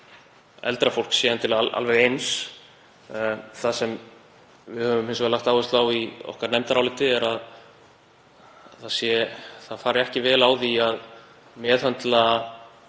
eldra fólk séu endilega alveg eins. Það sem við höfum hins vegar lagt áherslu á í okkar nefndaráliti er að það fari ekki vel á því að meðhöndla